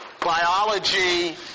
biology